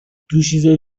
دوشیزه